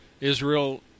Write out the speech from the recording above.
Israel